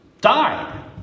died